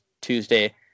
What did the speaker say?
Tuesday